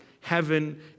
heaven